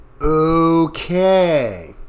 Okay